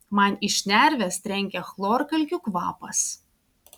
man į šnerves trenkia chlorkalkių kvapas